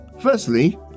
Firstly